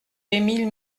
émile